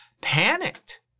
panicked